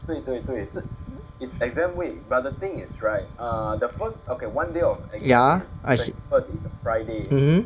ya I se~ mmhmm